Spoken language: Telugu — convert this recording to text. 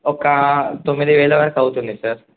ఒక తొమ్మిది వేల వరకు అవుతుంది సార్